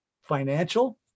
financial